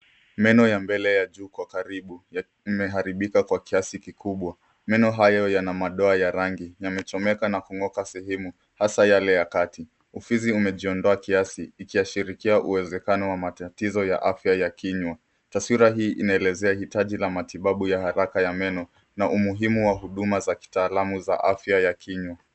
Meno ya mbele ya juu kwa karibu imeharibika kwa kiasi kikubwa. Meno hayo yana madoa ya rangi yamechomeka na kungoka sehemu hasa yale ya kati. Ufizi umejiondoa kiasi ikiashiria uwezekano wa matatizo ya afya ya kinywa. Taswira hii inaelezea hitaji la matibabu ya haraka ya meno na umuhimu wa huduma za kitaalam za afya ya kinywa.